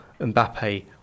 Mbappe